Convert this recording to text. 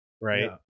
Right